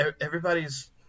everybody's